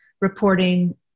reporting